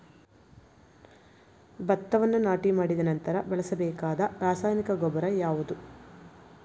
ಭತ್ತವನ್ನು ನಾಟಿ ಮಾಡಿದ ನಂತರ ಬಳಸಬೇಕಾದ ರಾಸಾಯನಿಕ ಗೊಬ್ಬರ ಯಾವುದು?